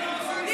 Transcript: קיבלו אתכם.